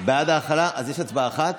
בעד ההסתייגות.